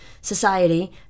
society